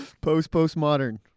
Post-postmodern